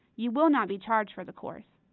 you will not be charged for the course.